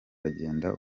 bagenda